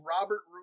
Robert